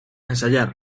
ensayar